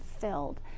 filled